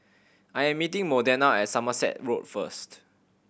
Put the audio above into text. I am meeting Modena at Somerset Road first